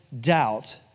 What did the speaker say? doubt